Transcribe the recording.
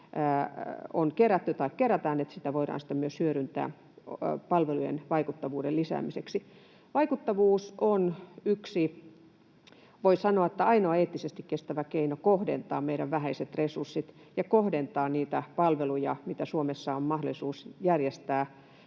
on kerätty tai kerätään, sitten myös hyödyntämään palvelujen vaikuttavuuden lisäämiseksi. Vaikuttavuus on yksi — voi sanoa, että ainoa eettisesti kestävä — keino kohdentaa meidän vähäiset resurssit ja kohdentaa oikein niitä palveluja, joita Suomessa on mahdollisuus järjestää